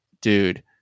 dude